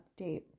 update